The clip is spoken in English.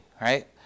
Right